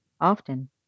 Often